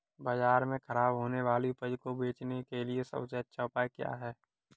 बाजार में खराब होने वाली उपज को बेचने के लिए सबसे अच्छा उपाय क्या है?